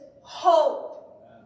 hope